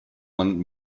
man